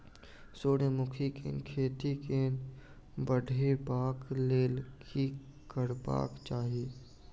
सूर्यमुखी केँ खेती केँ बढ़ेबाक लेल की करबाक चाहि?